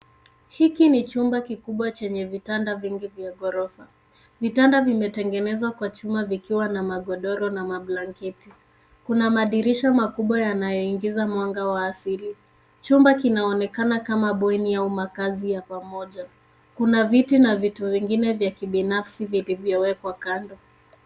Hiki ni chumba kikubwa chenye vitanda vingi vya ghorofa, vitanda vimetengenezwa kwa chuma vikiwa na magodoro, na mablanketi. Kuna madirisha makubwa yanayoingisha mwanga wa asili. Chumba kinaonekana kama bweni au makazi ya pamoja. Kuna viti na vitu vingine vya kibinafsi vilivyowekwa kando.